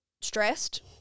stressed